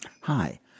Hi